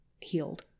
healed